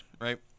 right